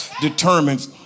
determines